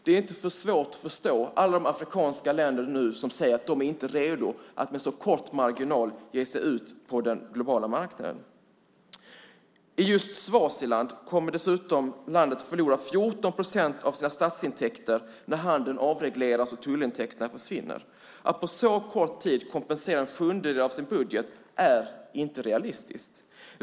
Det är inte svårt att förstå alla de afrikanska länder som säger att de inte är redo att med så kort varsel ge sig ut på den globala marknaden. Just Swaziland kommer dessutom att förlora 14 procent av sina statsintäkter när handeln avregleras och tullintäkterna försvinner. Att på så kort tid kompensera en sjundedel av sin budget är inte realistiskt.